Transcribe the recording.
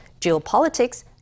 geopolitics